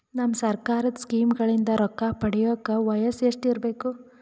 ನಮ್ಮ ಸರ್ಕಾರದ ಸ್ಕೀಮ್ಗಳಿಂದ ರೊಕ್ಕ ಪಡಿಯಕ ವಯಸ್ಸು ಎಷ್ಟಿರಬೇಕು?